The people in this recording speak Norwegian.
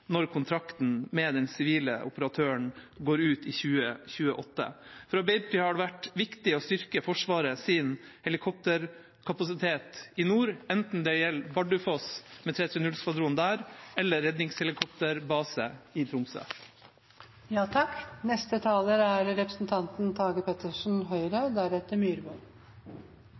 når kontrakten med den sivile operatøren går ut i 2028. For Arbeiderpartiet har det vært viktig å styrke Forsvarets helikopterkapasitet i nord, enten det gjelder Bardufoss og 330-skvadronen der eller redningshelikopterbase i Tromsø. Jeg har aller først lyst til å avlegge representanten